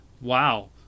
Wow